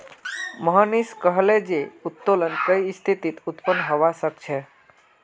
मोहनीश कहले जे उत्तोलन कई स्थितित उत्पन्न हबा सख छ